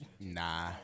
Nah